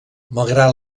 malgrat